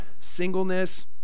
singleness